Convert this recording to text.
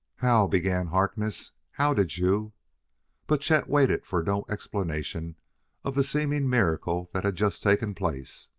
how began harkness, how did you but chet waited for no explanation of the seeming miracle that had just taken place.